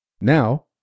Now